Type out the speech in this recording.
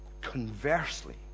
conversely